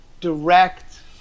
direct –